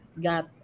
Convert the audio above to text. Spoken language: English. got